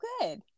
good